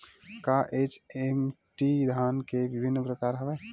का एच.एम.टी धान के विभिन्र प्रकार हवय?